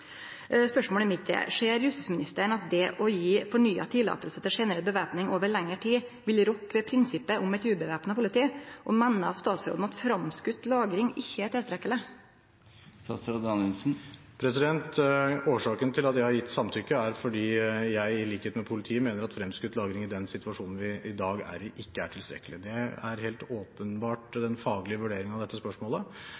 Spørsmålet mitt er: Ser justisministeren at det å gje fornya løyve til generell væpning over lengre tid vil rokke ved prinsippet om eit uvæpna politi, og meiner statsråden at framskoten lagring ikkje er tilstrekkeleg? Årsaken til at jeg har gitt samtykke, er at jeg, i likhet med politiet, mener at fremskutt lagring i den situasjonen vi i dag er i, ikke er tilstrekkelig. Det er helt åpenbart